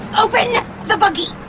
open the buggy!